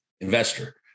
investor